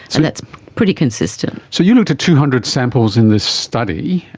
and that's pretty consistent. so you looked at two hundred samples in this study,